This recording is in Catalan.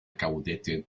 caudete